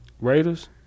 Raiders